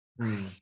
Right